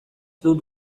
dut